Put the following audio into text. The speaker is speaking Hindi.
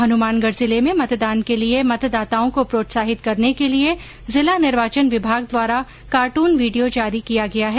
हनुमानगढ़ जिले में मतदान के लिए मतदाताओं को प्रोत्साहित करने के लिए जिला निर्वाचन विभाग द्वारा कार्टून् वीडियो जारी किया गया है